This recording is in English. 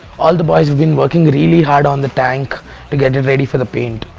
all the boys have been working really hard on the tank to get it ready for the paint.